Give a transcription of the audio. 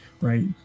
right